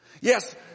Yes